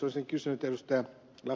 olisin kysynyt ed